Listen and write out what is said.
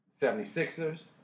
76ers